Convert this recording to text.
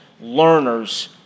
learners